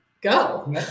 Go